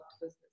business